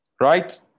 right